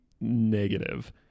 negative